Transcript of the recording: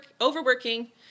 overworking